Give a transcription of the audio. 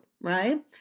right